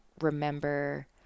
remember